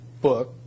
book